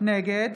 נגד